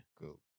Cool